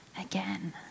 again